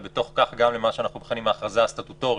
ובתוך כך גם למה שאנחנו מכנים הכרזה סטטוטורית,